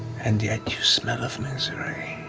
and yet you smell of misery.